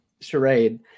charade